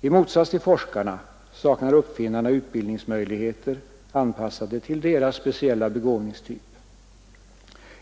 I motsats till forskarna saknar uppfinnarna utbildningsmöjligheter som är anpassade till deras speciella begåvningstyp.